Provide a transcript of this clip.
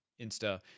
Insta